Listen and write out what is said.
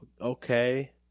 Okay